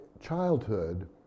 childhood